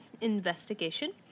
Investigation